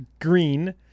Green